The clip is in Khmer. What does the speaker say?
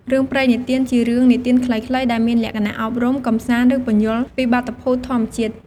រឿងព្រេងនិទាន ជារឿងនិទានខ្លីៗ ដែលមានលក្ខណៈអប់រំ កម្សាន្ត ឬពន្យល់ពីបាតុភូតធម្មជាតិ។